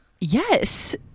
Yes